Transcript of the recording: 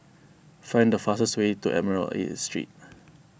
find the fastest way to Admiralty Street